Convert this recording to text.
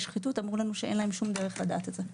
שחיתות אמרו לנו שאין להם שום דרך לדעת את זה.